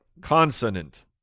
Consonant